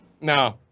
No